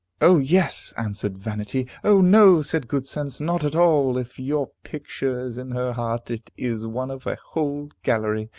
o yes! answered vanity. o no! said good sense, not at all. if your picture is in her heart, it is one of a whole gallery.